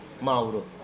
Mauro